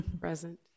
Present